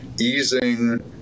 easing